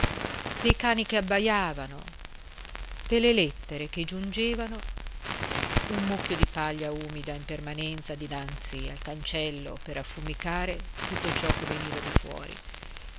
dei cani che abbaiavano delle lettere che giungevano un mucchio di paglia umida in permanenza dinanzi al cancello per affumicare tutto ciò che veniva di fuori